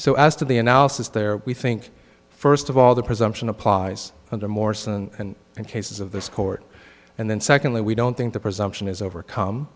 so as to the analysis there we think first of all the presumption applies under morse and and cases of this court and then secondly we don't think the presumption is overcome